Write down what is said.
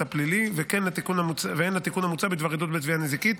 הפלילי והן לתיקון המוצע בדבר עדות בתביעה נזיקית,